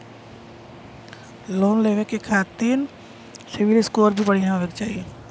Loan लेवे के खातिन सिविल स्कोर भी बढ़िया होवें के चाही?